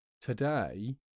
today